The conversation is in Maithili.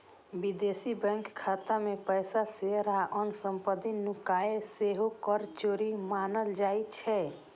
विदेशी बैंक खाता मे पैसा, शेयर आ अन्य संपत्ति नुकेनाय सेहो कर चोरी मानल जाइ छै